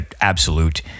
absolute